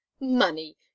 Money